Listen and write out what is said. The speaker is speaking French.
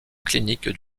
clinique